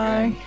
Bye